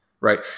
right